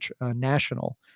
national